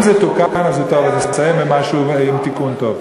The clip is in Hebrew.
אם זה תוקן אז מותר לסיים במשהו עם תיקון טוב.